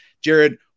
Jared